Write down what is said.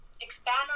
expand